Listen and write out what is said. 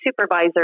supervisor